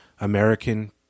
American